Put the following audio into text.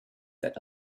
that